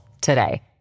today